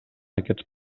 aquests